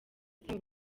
sam